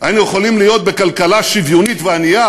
היינו יכולים להיות בכלכלה שוויונית וענייה,